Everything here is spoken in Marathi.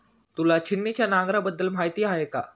तुला छिन्नीच्या नांगराबद्दल माहिती आहे का?